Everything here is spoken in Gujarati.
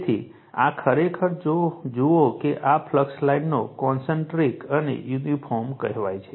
તેથી આ ખરેખર જો જુઓ કે આ ફ્લક્સ લાઇનને કોન્સેન્ટ્રિક અને યુનિફૉર્મ કહેવાય છે